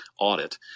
audit